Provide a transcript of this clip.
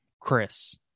Chris